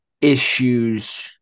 issues